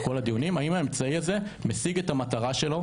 הדיונים האם האמצעי הזה משיג את המטרה שלו,